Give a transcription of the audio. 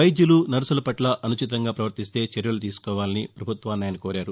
వైద్యులు నర్సుల పట్ల అనుచితంగా పవర్తిస్తే చర్యలు తీసుకోవాలని పభుత్వాన్ని ఆయన కోరారు